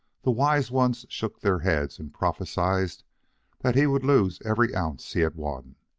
the wise ones shook their heads and prophesied that he would lose every ounce he had won.